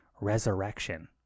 resurrection